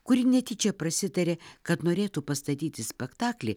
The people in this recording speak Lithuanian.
kuri netyčia prasitarė kad norėtų pastatyti spektaklį